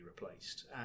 replaced